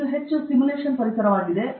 ಆದ್ದರಿಂದ ಇದು ಹೆಚ್ಚು ಸಿಮ್ಯುಲೇಶನ್ ಪರಿಸರವಾಗಿದೆ